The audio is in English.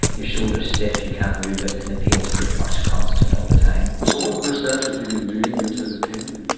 your shoulder is stiff, you can't move it, and the pain is pretty much constant all the time. so what research have you been doing into the tendons?